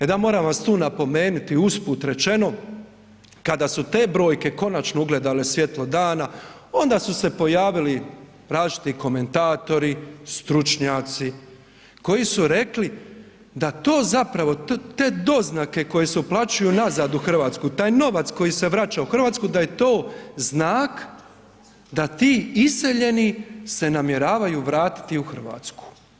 E da, moram vas tu napomenuti, usput rečeno, kada su te brojke konačno ugledale svjetlo dana onda su se pojavili različiti komentatori, stručnjaci koji su rekli da to zapravo, te doznake koje se uplaćuju nazad u RH, taj novac koji se vraća u RH da je to znak da ti iseljeni se namjeravaju vratiti u RH.